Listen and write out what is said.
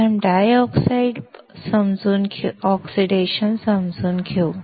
प्रथम dry oxide समजून घेऊ